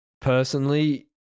personally